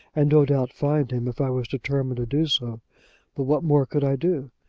and no doubt find him if i was determined to do so but what more could i do?